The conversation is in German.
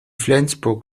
flensburg